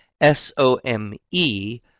S-O-M-E